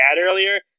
earlier